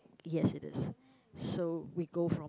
yes it is so we go from